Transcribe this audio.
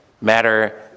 matter